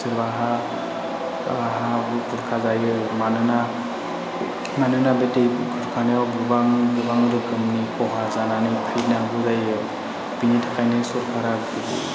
सोरबाहा हा हु खुरखाजायो मानोना मानोना बे दै खुरखानायाव गोबां रोखोमनि खहा जानानै फैनांगौ जायो बिनि थाखायनो सोरखारा